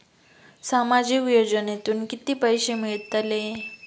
सामाजिक योजनेतून किती पैसे मिळतले?